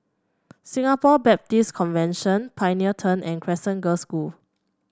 Singapore Baptist Convention Pioneer Turn and Crescent Girls' School